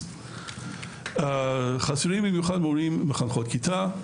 חסרים במיוחד מחנכות כיתה,